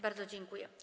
Bardzo dziękuję.